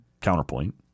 counterpoint